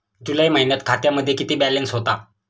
जुलै महिन्यात खात्यामध्ये किती बॅलन्स होता?